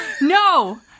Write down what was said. no